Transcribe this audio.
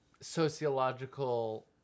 sociological